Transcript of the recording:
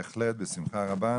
בהחלט, בשמחה רבה.